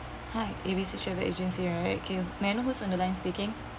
hi A B C travel agency right okay may I know whose on the line speaking